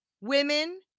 women